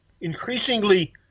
increasingly